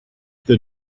the